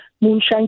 moonshine